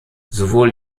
sowohl